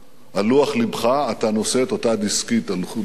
על לוח לבך, אתה נושא את אותה דסקית על לוח לבך.